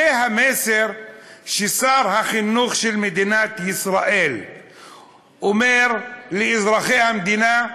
זה המסר ששר החינוך של מדינת ישראל אומר לאזרחי המדינה: